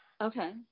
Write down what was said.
Okay